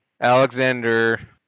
Alexander